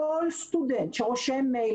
כל סטודנט שרושם מייל,